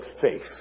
faith